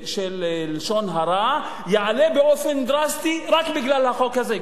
לשון הרע יעלה באופן דרסטי רק בגלל החוק הזה,